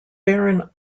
baron